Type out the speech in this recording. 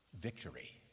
victory